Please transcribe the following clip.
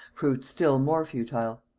proved still more futile.